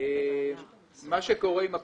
מה שקורה עם הפיגום,